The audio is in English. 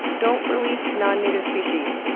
don't release non-native species.